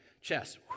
Chess